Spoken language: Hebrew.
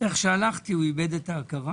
איך שהלכתי הוא איבד את ההכרה